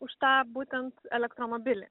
už tą būtent elektromobilį